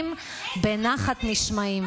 שתי פגישות.